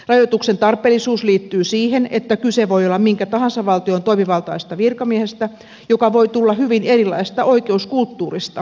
rajoituksen tarpeellisuus liittyy siihen että kyse voi olla minkä tahansa valtion toimivaltaisesta virkamiehestä joka voi tulla hyvin erilaisesta oikeuskulttuurista kuin suomi